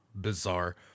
bizarre